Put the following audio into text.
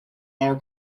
our